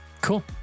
cool